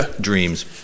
dreams